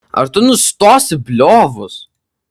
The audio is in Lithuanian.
ar tu nustosi bliovus